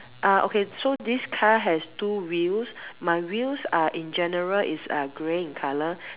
uh okay so this car has two wheels my wheels are in general is uh grey in color